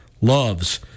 loves